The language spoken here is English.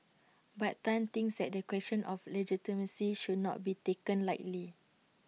but Tan thinks that the question of legitimacy should not be taken lightly